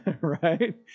right